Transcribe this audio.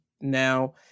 now